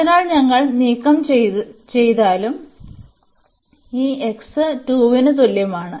അതിനാൽ ഞങ്ങൾ നീക്കംചെയ്താലും ഈ x 2 ന് തുല്യമാണ്